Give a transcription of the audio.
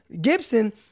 Gibson